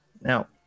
Now